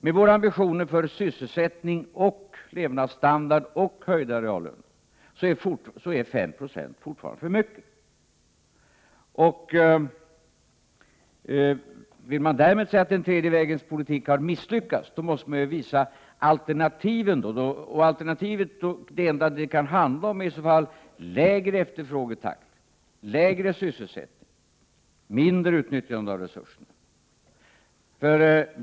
Med våra ambitioner när det gäller sysselsättning, levnadsstandard och höjda reallöner är 5 90 fortfarande för mycket. Vill man därmed säga att den tredje vägens politik har misslyckats måste man visa alternativen. De enda alternativ som det då kan handla om är lägre efterfrågetakt, lägre sysselsättning och mindre utnyttjande av resurser.